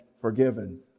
forgiven